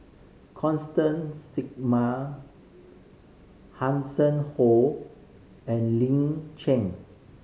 Constance Singam Hanson Ho and Lin Chen